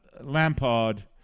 Lampard